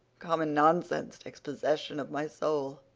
common nonsense takes possession of my soul.